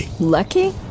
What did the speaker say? Lucky